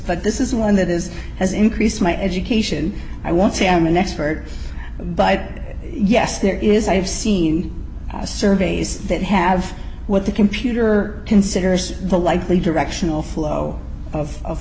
but this is one that is has increased my education i won't say i'm an expert but yes there is i have seen surveys that have what the computer considers the likely directional flow of